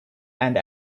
and